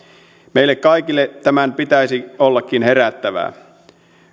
meille kaikille tämän pitäisi ollakin herättävää